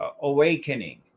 Awakening